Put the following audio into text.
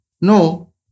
No